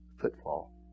footfall